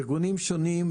ארגונים שונים,